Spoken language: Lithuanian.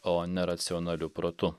o ne racionaliu protu